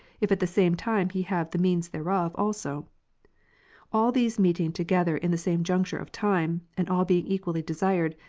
if at the same time he have the means tliereof also all these meeting together in the same juncture of time, and all being equally desired,